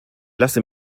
lasse